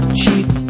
cheap